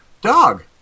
dog